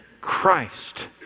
Christ